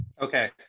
Okay